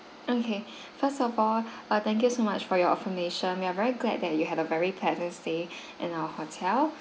okay first of all uh thank you so much for your affirmation we're very glad that you had a very pleasant stay in our hotel